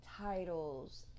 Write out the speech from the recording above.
titles